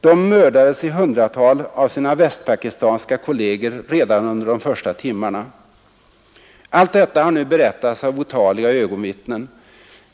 De mördades i hundratal av sina västpakistanska kolleger redan under de första timmarna, Allt detta har nu berättats av otaliga ögonvittnen.